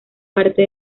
parte